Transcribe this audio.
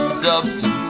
substance